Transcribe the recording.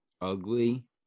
ugly